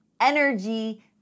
energy